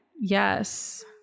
Yes